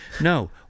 no